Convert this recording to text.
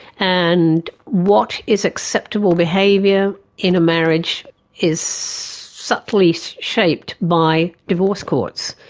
and what is acceptable behaviour in a marriage is subtly so shaped by divorce courts.